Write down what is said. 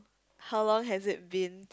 how long has it been